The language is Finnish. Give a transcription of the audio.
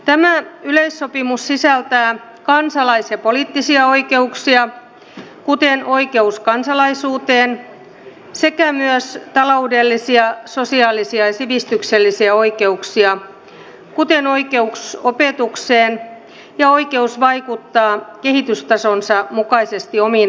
tämä yleissopimus sisältää kansalais ja poliittisia oikeuksia kuten oikeus kansalaisuuteen sekä myös taloudellisia sosiaalisia ja sivistyksellisiä oikeuksia kuten oikeus opetukseen ja oikeus vaikuttaa kehitystasonsa mukaisesti omiin asioihinsa